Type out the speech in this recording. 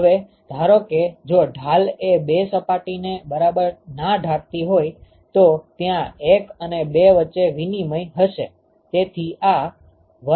હવે ધારો કે જો ઢાલ એ બે સપાટીને બરાબર ના ઢાંકતી હોઈ તો ત્યાં 1 અને 2 વચ્ચે વિનિમય હશે